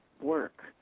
work